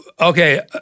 okay